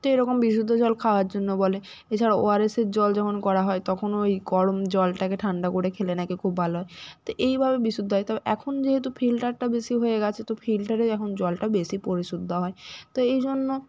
তো এরকম বিশুদ্ধ জল খাওয়ার জন্য বলে এছাড়াও ওআরএসের জল যখন করা হয় তখনও ওই গরম জলটাকে ঠান্ডা করে খেলে না কি খুব ভালো হয় তো এইভাবে বিশুদ্ধ হয় তবে এখন যেহেতু ফিল্টারটা বেশি হয়ে গেছে তো ফিল্টারেই এখন জলটা বেশি পরিশুদ্ধ হয় তো এই জন্য